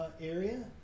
area